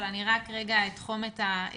אבל אני רק רגע אתחום את הדיון.